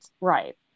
right